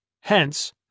Hence